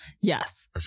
Yes